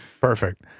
Perfect